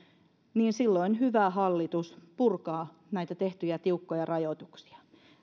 niin silloin hyvä hallitus purkaa näitä tehtyjä tiukkoja rajoituksia